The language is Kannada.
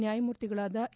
ನ್ವಾಯಮೂರ್ತಿಗಳಾದ ಎ